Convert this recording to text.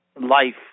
life